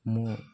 ମୁଁ